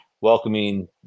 welcoming